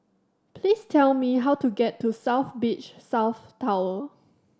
please tell me how to get to South Beach South Tower